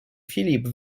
filip